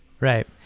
right